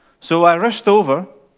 so i rushed over,